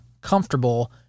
comfortable